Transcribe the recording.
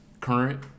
current